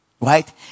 right